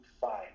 fine